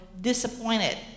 disappointed